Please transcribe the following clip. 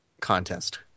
contest